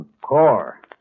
Core